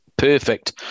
Perfect